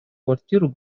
квартиру